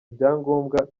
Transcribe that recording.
ibyangombwa